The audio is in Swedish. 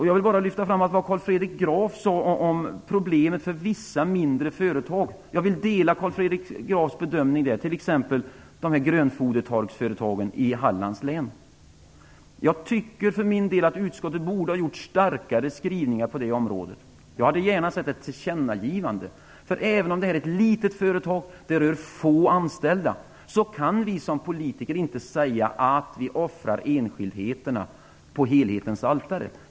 Jag vill bara lyfta fram det som Carl Fredrik Graf sade om problemet för vissa mindre företag. Jag delar Carl Fredrik Grafs bedömning av t.ex. grönfodertorkningsföretagen i Hallands län. Jag tycker för min del att utskottet borde ha haft starkare skrivningar på det området. Jag hade gärna sett ett tillkännagivande. Det gäller ett litet företag med få anställda, men vi kan som politiker inte offra enskildheterna på helhetens altare.